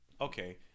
okay